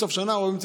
בסוף שנה רואים,